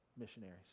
missionaries